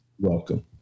welcome